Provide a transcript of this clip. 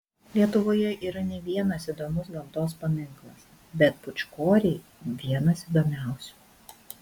lietuvoje yra ne vienas įdomus gamtos paminklas bet pūčkoriai vienas įdomiausių